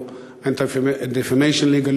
או Anti-Defamation League,